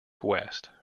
west